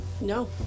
no